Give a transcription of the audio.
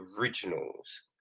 originals